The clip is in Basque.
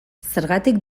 zergatik